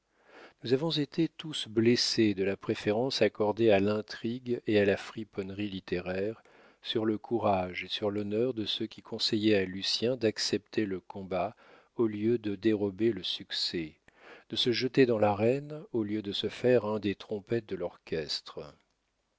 nous avons été tous blessés de la préférence accordée à l'intrigue et à la friponnerie littéraire sur le courage et sur l'honneur de ceux qui conseillaient à lucien d'accepter le combat au lieu de dérober le succès de se jeter dans l'arène au lieu de se faire un des trompettes de l'orchestre